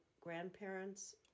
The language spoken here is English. grandparents